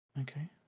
Okay